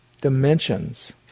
dimensions